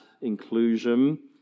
inclusion